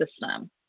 system